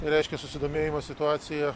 reiškia susidomėjimas situacija